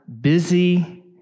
busy